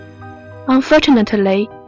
Unfortunately